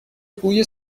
بوی